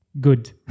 good